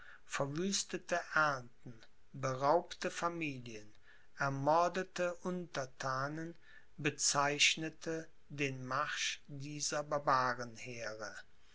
verwüstete ernten beraubte familien ermordete unterthanen bezeichnete den marsch dieser barbarenheere